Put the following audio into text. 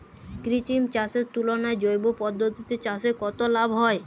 কৃত্রিম চাষের তুলনায় জৈব পদ্ধতিতে চাষে কত লাভ হয়?